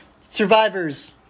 Survivors